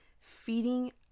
feeding